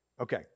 Okay